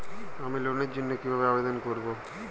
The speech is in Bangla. আমি লোনের জন্য কিভাবে আবেদন করব?